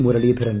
Muraleedharan